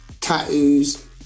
Tattoos